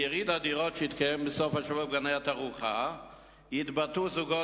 שביריד הדירות שהתקיים בסוף השבוע בגני-התערוכה התבטאו זוגות